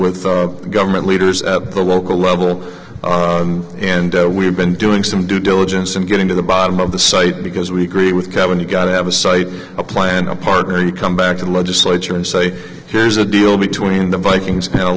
with government leaders at the local level and we've been doing some due diligence in getting to the bottom of the site because we agree with kevin you got to have a site a plan a partner you come back to the legislature and say here's a deal between the vikings and a